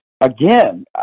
again